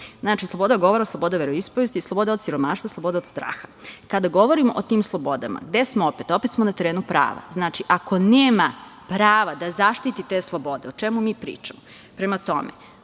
Znači, sloboda govora, sloboda veroispovesti, sloboda od siromaštva, sloboda od straha. Kada govorimo o tim slobodama? Gde smo opet? Opet smo na terenu prava. Znači, ako nema prava da zaštiti te slobode, o čemu mi pričamo? Prema tome,